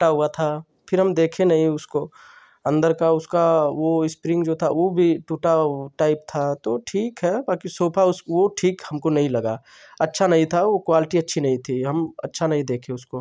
फटा हुआ था फिर हम देखे नहीं उसको अंदर का उसका वो इस्प्रींग जो था वो भी टूटा टाइप था तो ठीक है बाकी सोफा उस वो ठीक हमको नहीं लगा अच्छा नहीं था वो क्वाल्टी अच्छी नहीं थी हम अच्छा नहीं देखे उसको